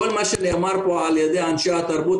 כל מה שנאמר פה על ידי אנשי התרבות,